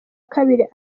kabiri